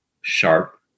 sharp